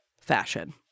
fashion